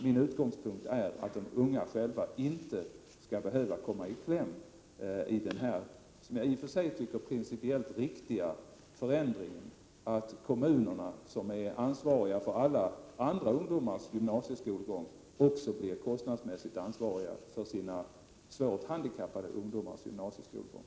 Min utgångspunkt är att de unga inte skall behöva komma i kläm i samband med denna i och för sig principiellt riktiga förändring, att kommunerna, som är ansvariga för alla andra ungdomars gymnasieskolgång, också blir kostnadsmässigt ansvariga för sina svårt handikappade ungdomars gymnasieskolgång.